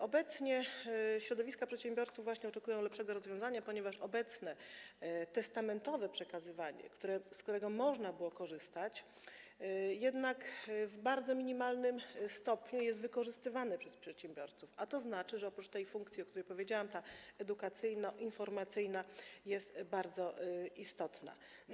Obecnie środowiska przedsiębiorców właśnie oczekują lepszego rozwiązania, ponieważ obecne testamentowe przekazywanie, z którego można było korzystać, jednak w bardzo minimalnym stopniu jest wykorzystywane przez przedsiębiorców, a to znaczy, że oprócz tej funkcji, o której powiedziałam, ta funkcja edukacyjno-informacyjna jest bardzo istotna.